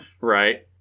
Right